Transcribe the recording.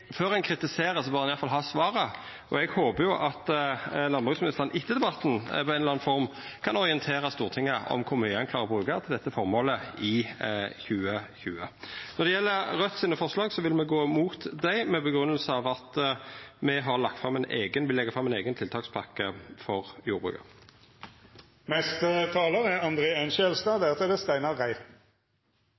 før ein kritiserer, bør ein iallfall ha svaret. Og eg håper landbruksministeren etter debatten i ei eller anna form kan orientera Stortinget om kor mykje ein klarer å bruka til dette formålet i 2020. Når det gjeld Raudt sine forslag, vil me gå imot dei, med den grunngjevinga at me vil leggja fram ei eiga tiltakspakke for jordbruket. Det er